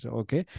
okay